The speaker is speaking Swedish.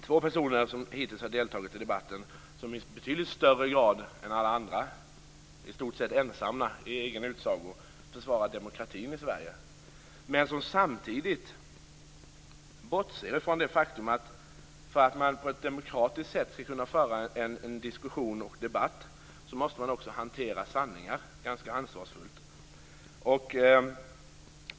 Två personer som har deltagit i debatten hittills har i betydligt högre grad än alla andra, i egen utsago i stort sett ensamma, försvarat demokratin i Sverige. Men samtidigt bortser de från det faktum att för att man på ett demokratiskt sätt skall kunna föra en diskussion och en debatt måste man också hantera sanningar ganska ansvarsfullt.